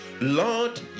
Lord